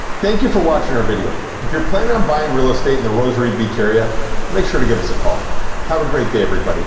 thank you for watching our video if you're planning on buying real estate in the rosarita beach area make sure to give us a call have a great day everybody